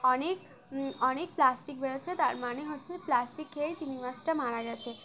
অনেক অনেক প্লাস্টিক বেরোচ্ছে তার মানে হচ্ছে প্লাস্টিক খেয়েই তিমি মছটা মারা গেছে